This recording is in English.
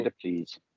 please